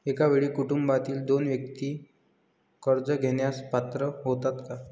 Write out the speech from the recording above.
एका वेळी कुटुंबातील दोन व्यक्ती कर्ज घेण्यास पात्र होतात का?